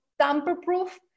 tamper-proof